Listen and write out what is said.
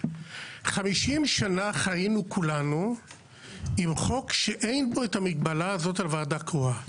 50 שנה חיינו כולנו עם חוק שאין בו את המגבלה הזאת על ועדה קרואה.